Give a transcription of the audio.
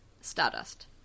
Stardust